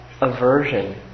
aversion